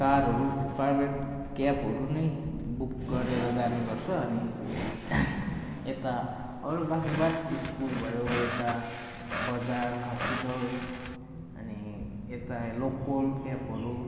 कारहरू प्राइभेट क्याबहरू नै बुक गरेर जाने गर्छ अनि यता अरू बाँकी बाद स्कुल भयो यता बजार हस्पिटल अनि यता लोकल क्याबहरू